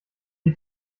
die